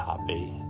happy